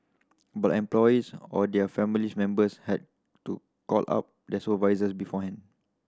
but employees or their family members had to call up their supervisors beforehand